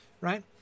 right